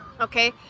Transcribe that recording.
okay